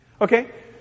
Okay